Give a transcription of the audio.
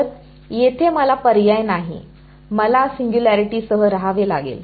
तर येथे मला पर्याय नाही मला सिंग्युलॅरिटीसह रहावे लागेल